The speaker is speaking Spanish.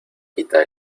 quita